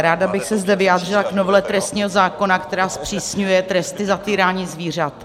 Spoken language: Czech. Ráda bych se zde vyjádřila k novele trestního zákona, která zpřísňuje tresty za týrání zvířat.